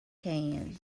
can